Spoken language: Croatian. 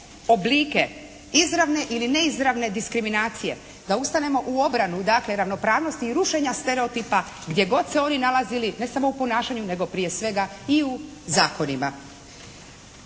oblike izravne ili neizravne diskriminacije, da ustanemo u obranu ravnopravnosti i rušenja stereotipa gdje god se oni nalazili, ne samo u ponašanjem nego prije svega i u zakonima.